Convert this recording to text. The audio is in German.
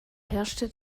herrschte